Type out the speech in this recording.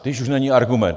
Když už není argument.